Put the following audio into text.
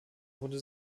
wurde